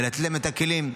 ולתת להם את הכלים.